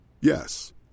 Yes